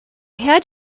had